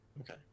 okay